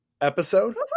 episode